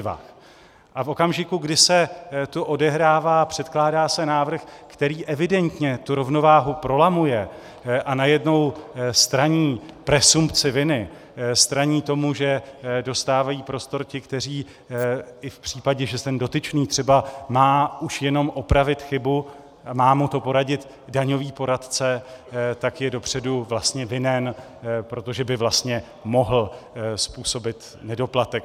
A v okamžiku, kdy se to odehrává, předkládá se návrh, který evidentně tu rovnováhu prolamuje a najednou straní presumpci viny, straní tomu, že dostávají prostor ti, kteří i v případě, že ten dotyčný třeba má už jenom opravit chybu, má mu to poradit daňový poradce, tak je dopředu vlastně vinen, protože by vlastně mohl způsobit nedoplatek.